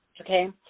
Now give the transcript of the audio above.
okay